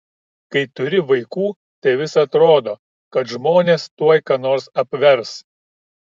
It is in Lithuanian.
kai turi vaikų tai vis atrodo kad žmonės tuoj ką nors apvers